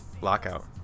Lockout